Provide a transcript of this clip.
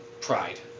Pride